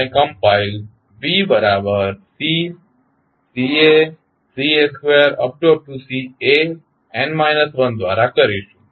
આપણે કમ્પાઇલ દ્રારા કરીશું